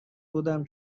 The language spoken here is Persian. بودم